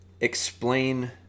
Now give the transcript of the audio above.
explain